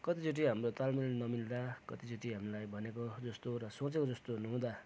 कतिचोटि हाम्रो तालमेल नमिल्दा कतिचोटि हामीलाई भनेको जस्तो र सोचेको जस्तो नहुँदा